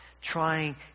trying